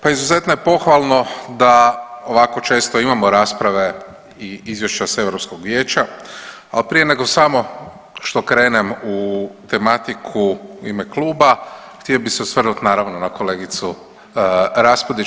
Pa izuzetno je pohvalno da ovako često imamo rasprave i izvješća s Europskog vijeća, a prije nego samo što krenem u tematiku u ime kluba htio bi se osvrnut naravno na kolegicu Raspudić.